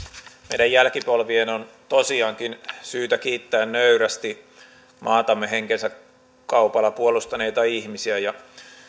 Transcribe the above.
meidän jälkipolvien on tosiaankin syytä kiittää nöyrästi maatamme henkensä kaupalla puolustaneita ihmisiä ja